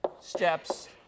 steps